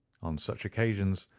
on such occasions,